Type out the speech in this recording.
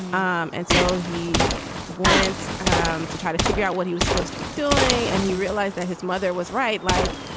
um and so he went um to try to figure out what he was supposed to be doing. and he realized that his mother was right. like,